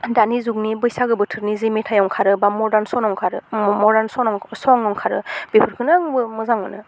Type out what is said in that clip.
दानि जुगनि बैसाग बोथोरनि जि मेथाइयाव ओंखारो बा मदार्न ओंखारो मदार्न समाव सं ओंखारो अंखारो बिफोरखौनो आंबो मोजां मोनो